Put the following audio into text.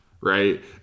Right